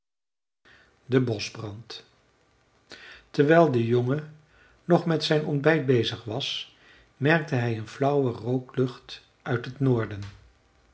de boschbrand terwijl de jongen nog met zijn ontbijt bezig was merkte hij een flauwe rooklucht uit het noorden